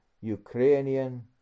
Ukrainian